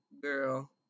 Girl